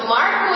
Mark